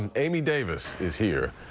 and amy davis is here.